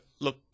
look